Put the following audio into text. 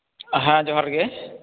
ᱦᱮᱸ ᱡᱚᱦᱟᱨ ᱜᱮ